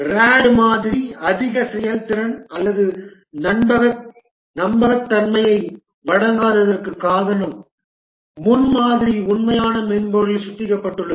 RAD மாதிரி அதிக செயல்திறன் அல்லது நம்பகத்தன்மையை வழங்காததற்குக் காரணம் முன்மாதிரி உண்மையான மென்பொருளில் சுத்திகரிக்கப்பட்டுள்ளது